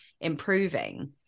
improving